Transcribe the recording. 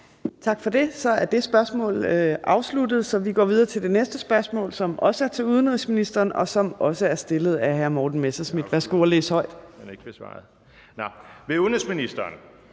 Tak for det. Så er det spørgsmål afsluttet. Vi går videre til det næste spørgsmål, som også er til udenrigsministeren, og som også er stillet af hr. Morten Messerschmidt. Kl. 15:09 Spm. nr. S 606 2) Til udenrigsministeren